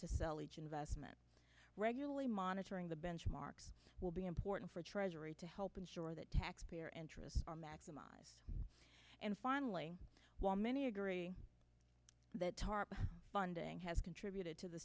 to sell each investment regularly monitoring the benchmarks will be important for treasury to help ensure that taxpayer interests are maximized and finally while many agree that tarp funding has contributed to the